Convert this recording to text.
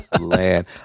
land